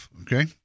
okay